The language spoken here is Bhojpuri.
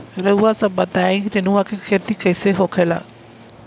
रउआ सभ बताई नेनुआ क खेती कईसे होखेला?